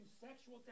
sexual